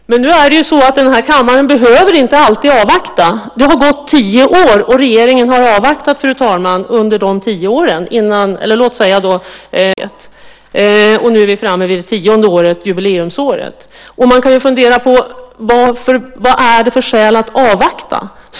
Fru talman! Nu är det så att kammaren inte alltid behöver avvakta. Det har nu gått tio år, och regeringen har avvaktat i åtta år innan man gav ett uppdrag. Nu är vi framme vid det tionde året, jubileumsåret. Vad finns det för skäl att avvakta?